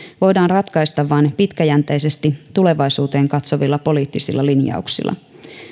voidaan ratkaista vain pitkäjänteisesti tulevaisuuteen katsovilla poliittisilla linjauksilla